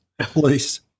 please